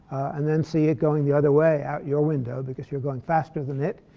and then see it going the other way out your window because you're going faster than it.